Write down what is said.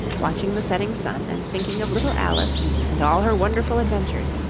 watching the setting sun, and thinking of little alice and all her wonderful adventures,